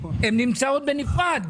הן נמצאות בנפרד,